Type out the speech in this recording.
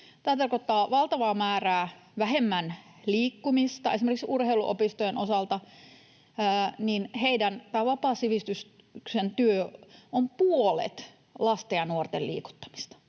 Tämä tarkoittaa valtavaa määrää vähemmän liikkumista. Esimerkiksi urheiluopistojen osalta heidän vapaan sivistyksen työssään on puolet lasten ja nuorten liikuttamista